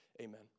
amen